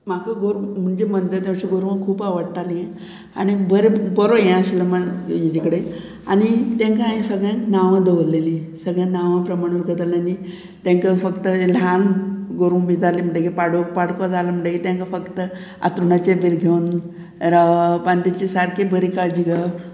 म्हाका गोरवां म्हणजे अशें गोरवां खूब आवडटालीं आनी बरें बरो हें आशिल्लो हेजे कडेन आनी तांकां हांवें सगळ्यांक नांवां दवरलेलीं सगळ्यांक नांवां प्रमाण उरतालें आनी तांकां फक्त ल्हान गोरवां बी जाली म्हणटगीर पाडक पाडको जालें म्हणटगीर तांकां फक्त आतुणाचे बीर घेवन रावप आनी तेची सारकी बरी काळजी घेवप